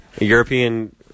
European